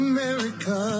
America